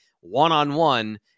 one-on-one